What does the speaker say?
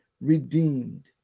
redeemed